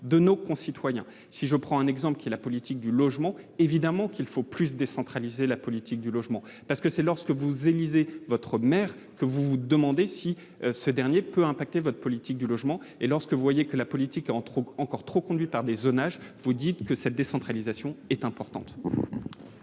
de nos concitoyens. Pour ne prendre que cet exemple, évidemment qu'il faut plus décentraliser la politique du logement, parce que c'est lorsque vous élisez votre maire que vous vous demandez si ce dernier peut impacter celle-ci. Et lorsque vous voyez que cette politique est encore trop conduite par zonage, vous vous dites que cette décentralisation est importante.